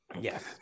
Yes